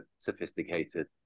sophisticated